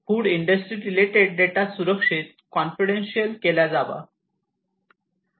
food industry related data सुरक्षित confidential केला जावा